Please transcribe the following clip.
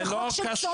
זה לא קשור,